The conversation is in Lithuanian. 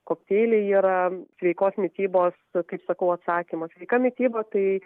kokteiliai yra sveikos mitybos kaip sakau atsakymas sveika mityba tai